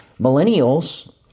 millennials